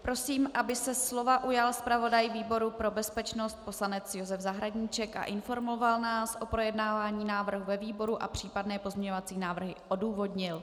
Prosím, aby se slova ujal zpravodaj výboru pro bezpečnost poslanec Josef Zahradníček a informoval nás o projednávání návrhu ve výboru a případné pozměňovací návrhy odůvodnil.